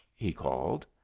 he called.